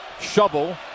Shovel